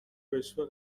رشوه